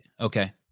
okay